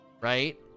right